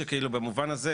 שבמובן הזה,